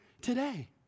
today